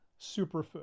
superfood